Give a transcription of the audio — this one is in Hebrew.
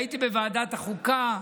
הייתי בוועדת החוקה.